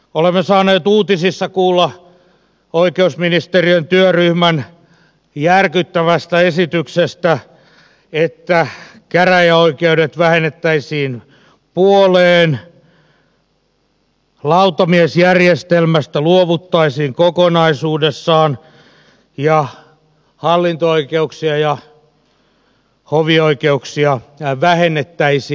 olemme saaneet uutisissa kuulla oikeusministeriön työryhmän järkyttävästä esityksestä että käräjäoikeudet vähennettäisiin puoleen lautamiesjärjestelmästä luovuttaisiin kokonaisuudessaan ja hallinto oikeuksia ja hovioikeuksia vähennettäisiin